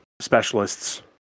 specialists